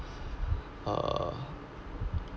uh